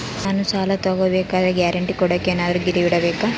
ನಾನು ಸಾಲ ತಗೋಬೇಕಾದರೆ ಗ್ಯಾರಂಟಿ ಕೊಡೋಕೆ ಏನಾದ್ರೂ ಗಿರಿವಿ ಇಡಬೇಕಾ?